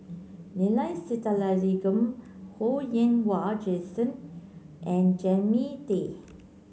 Neila Sathyalingam Ho Yen Wah Jesmine and Jannie Tay